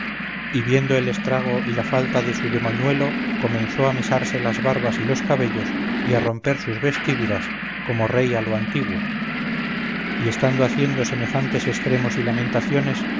viendo el estrago y la falta de su demoñuelo comenzó a mesarse las barbas y los cabellos y a romper sus vestiduras como rey a lo antiguo y estando haciendo semejantes estremos y lamentaciones